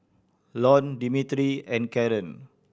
Lorne Demetri and Karon